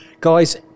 Guys